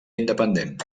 independent